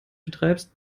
betreibst